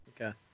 Okay